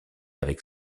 avec